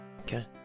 Okay